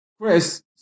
Chris